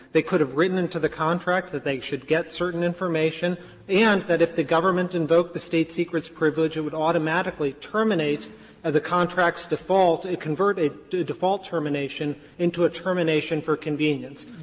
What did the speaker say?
they could have written into the contract that they should get certain information and that if the government invoked the state-secrets privilege, it would automatically terminate ah the contract's default and convert it to the default termination into a termination for convenience.